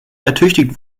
ertüchtigt